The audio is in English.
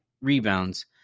rebounds